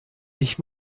ich